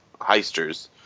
heisters